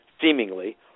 seemingly